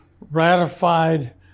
ratified